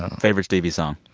favorite stevie song?